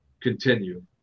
continue